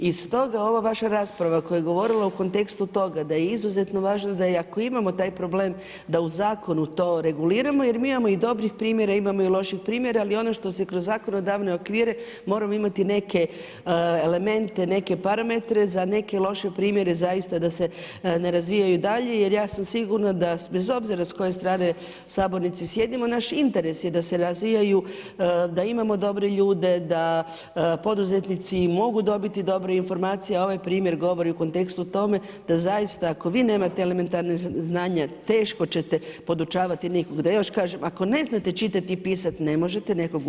I stoga ova vaša rasprava koja je govorila u kontekstu toga je izuzetno važno da i ako imamo taj problem da u zakonu to reguliramo jer mi imamo i dobrih primjera, imamo i loših primjera ali ono što se kroz zakonodavne okvire, moramo imate neke elemente, neke parametre, za neke loše primjere zaista da se ne razvijaju dalje jer ja sam sigurna da bez obzira s koje strane sabornice sjedimo, naš interes je da se razvijaju, da imamo dobre ljude, da poduzetnici mogu dobiti dobre informacije a ovaj primjer govori u kontekstu o tome da zaista ako vi nemate elementarna znanja, teško ćete podučavati nekog da još kažem, ako ne znate čitati i pisati, ne možete učiti pisati.